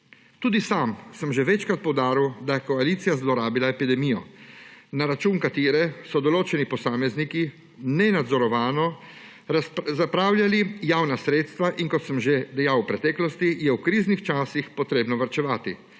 Tudi sam sem že večkrat poudaril, da je koalicija zlorabila epidemijo, na račun katere so določeni posamezniki nenadzorovano zapravljali javna sredstva, in kot sem že dejal v preteklosti, je v kriznih časih potrebno varčevati,